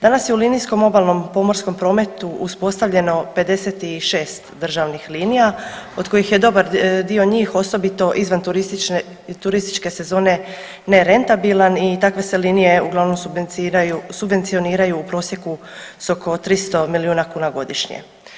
Danas je u linijskom obalnom pomorskom prometu uspostavljeno 56 državnih linija od kojih je dobar dio njih osobito izvan turističke sezone nerentabilan i takve se linije uglavnom subvenciraju, subvencioniraju u prosjeku s oko 300 milijuna kuna godišnje.